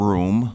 Room